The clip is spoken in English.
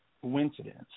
coincidence